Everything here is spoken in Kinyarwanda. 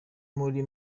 muri